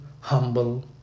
humble